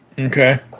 Okay